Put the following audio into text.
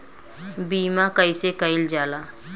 बीमा कइसे कइल जाला?